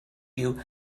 you